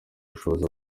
ubushobozi